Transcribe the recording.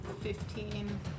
fifteen